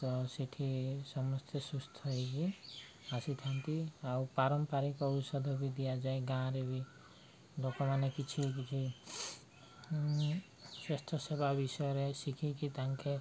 ତ ସେଠି ସମସ୍ତେ ସୁସ୍ଥ ହେଇକି ଆସିଥାନ୍ତି ଆଉ ପାରମ୍ପାରିକ ଔଷଧ ବି ଦିଆଯାଏ ଗାଁରେ ବି ଲୋକମାନେ କିଛି କିଛି ସ୍ୱାସ୍ଥ୍ୟ ସେବା ବିଷୟରେ ଶିଖିକି ତାଙ୍କେ